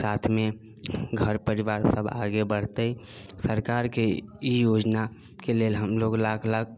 साथ मे घर परिवार सब आगे बढ़तै सरकार के ई योजना के लेल हमलोग लाख लाख